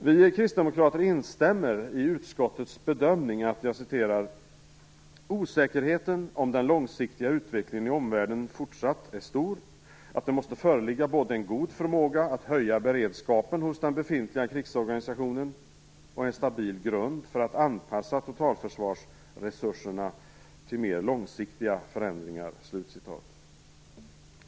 Vi kristdemokrater instämmer i utskottets bedömning att "osäkerheten om den långsiktiga utvecklingen i omvärlden fortsatt är så stor att det måste föreligga både en god förmåga att höja beredskapen hos den befintliga krigsorganisationen och en stabil grund för att anpassa totalförsvarsresurserna till mer långsiktiga förändringar".